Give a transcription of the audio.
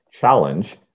challenge